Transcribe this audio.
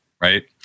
right